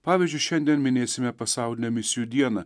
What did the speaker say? pavyzdžiui šiandien minėsime pasaulinę misijų dieną